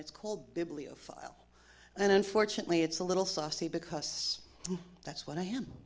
it's called bibliophile and unfortunately it's a little saucy because that's what i am